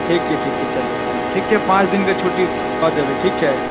ठीक छै ठीक छै चलू तहन ठीक छै पाँच दिनके छुट्टी कऽ देबै ठीक छै